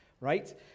right